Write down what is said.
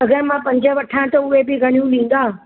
अगरि मां पंज वठां त उहे बि घणियूं ॾींदा